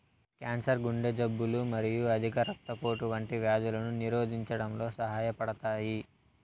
cancer, గుండె జబ్బులు మరియు అధిక రక్తపోటు వంటి వ్యాధులను నిరోధించడంలో సహాయపడతాయి